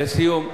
לסיום,